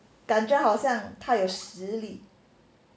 感觉好像她有实力